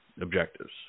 objectives